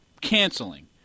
canceling